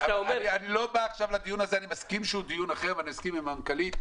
אני מסכים שזה דיון אחר, אני מסכים עם המנכ"לית.